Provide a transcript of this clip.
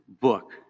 book